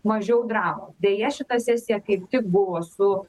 mažiau dramos deja šita sesija kaip tik buvo su